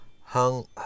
Hung